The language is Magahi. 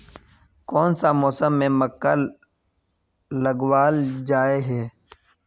कोन सा मौसम में मक्का लगावल जाय है?